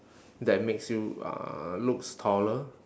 that makes you uh looks taller